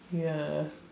ya